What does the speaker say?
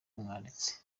umwanditsi